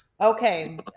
okay